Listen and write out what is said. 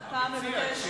במליאה.